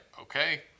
okay